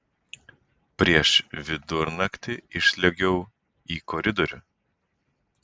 prieš vidurnaktį išsliuogiau į koridorių